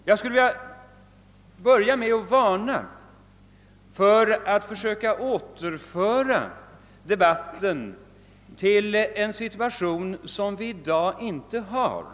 Jag skulle vilja varna mot att försöka återföra debatten till en situation som vi i dag inte har.